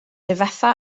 difetha